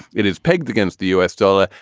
it is pegged against the us dollar.